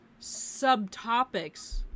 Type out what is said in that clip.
subtopics